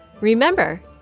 Remember